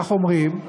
כך אומרים,